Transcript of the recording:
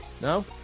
No